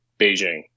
Beijing